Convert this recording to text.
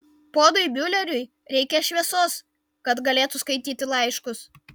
ponui miuleriui reikia šviesos kad galėtų skaityti laiškus